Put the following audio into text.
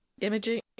imaging